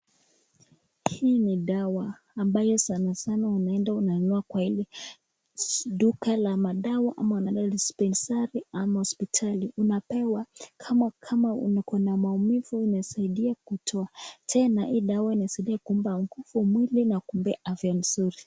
Hii ni dawa ambayo sana sana unaenda kununua kwenye duka la madawa, ama hospitali unapewa kama ukona maumivu, inasaidia kutoa tena hili dawa inasaidia mwili na kumba afya nzuri.